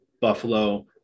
Buffalo